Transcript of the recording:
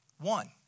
One